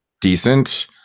decent